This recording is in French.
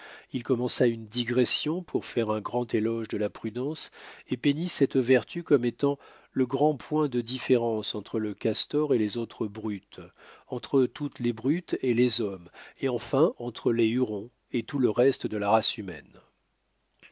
il commença une digression pour faire un grand éloge de la prudence et peignit cette vertu comme étant le grand point de différence entre le castor et les autres brutes entre toutes les brutes et les hommes et enfin entre les hurons et tout le reste de la race humaine